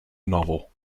novel